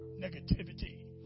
negativity